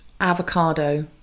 avocado